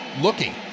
looking